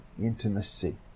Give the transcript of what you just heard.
intimacy